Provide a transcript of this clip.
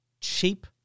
cheap